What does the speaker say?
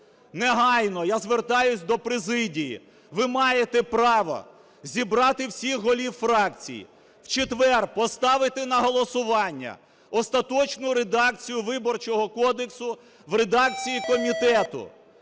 Негайно, я звертаюся до президії, ви маєте право зібрати всіх голів фракцій, в четвер поставити на голосування остаточну редакцію Виборчого кодексу в редакції комітету.